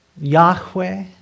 Yahweh